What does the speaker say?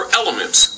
elements